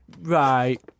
Right